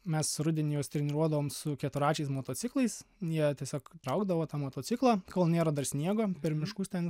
mes rudenį jos treniruodavom su keturračiais motociklais jie tiesiog traukdavo tą motociklą kol nėra dar sniego per miškus ten